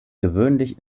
gewöhnlich